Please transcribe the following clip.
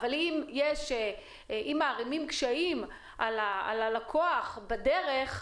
מערימים קשיים על הלקוח בדרך,